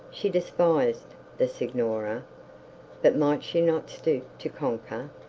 she despised the signora but might she not stoop to conquer?